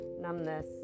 numbness